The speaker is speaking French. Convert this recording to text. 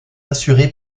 assurée